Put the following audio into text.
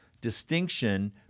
distinction